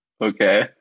Okay